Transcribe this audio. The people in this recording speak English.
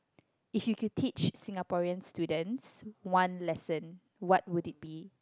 if you could teach Singaporean students one lesson what would it be